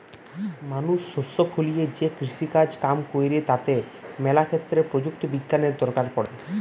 মানুষ শস্য ফলিয়ে যে কৃষিকাজ কাম কইরে তাতে ম্যালা ক্ষেত্রে প্রযুক্তি বিজ্ঞানের দরকার পড়ে